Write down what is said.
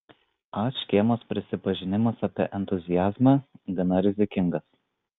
a škėmos prisipažinimas apie entuziazmą gana rizikingas